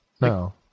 No